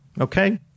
okay